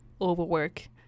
overwork